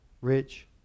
Rich